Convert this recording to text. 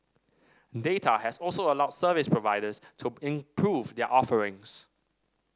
data has also allowed service providers to improve their offerings